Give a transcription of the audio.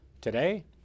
Today